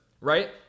right